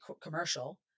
commercial